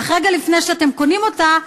אך רגע לפני שאתם קונים אותה,